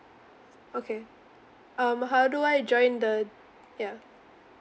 okay um how do I join the ya